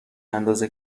اندازه